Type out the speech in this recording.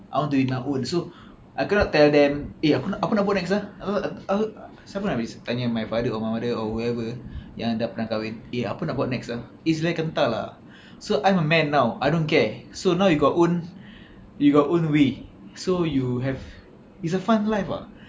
I want to be my own so I cannot tell them eh apa nak buat next ah ap~ ap~ ap~ siapa nak tanya my father or my mother or wherever yang dah pernah kahwin eh apa nak buat next ah it's like kental ah so I'm a man now I don't care so now you got own you got own way so you have it's a fun life ah